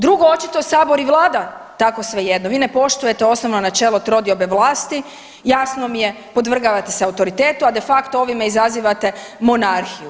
Drugo, očito Sabor i Vlada tako svejedno, vi ne poštujete osnovno načelo trodiobe vlasti, jasno mi je podvrgavate se autoritetu, a de facto ovime izazivate monarhiju.